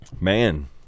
man